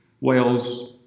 Wales